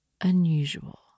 unusual